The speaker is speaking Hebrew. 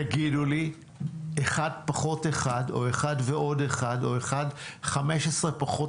תגידו לי אחד פחות אחד או אחד ועוד אחד או 15 פחות